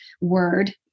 word